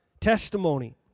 testimony